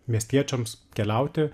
miestiečiams keliauti